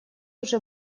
уже